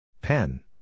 Pen